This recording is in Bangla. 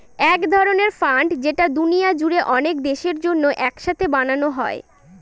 এক ধরনের ফান্ড যেটা দুনিয়া জুড়ে অনেক দেশের জন্য এক সাথে বানানো হয়